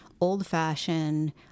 old-fashioned